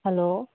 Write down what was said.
hello